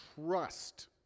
trust